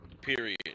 period